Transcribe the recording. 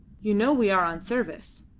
you know we are on service.